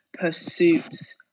pursuits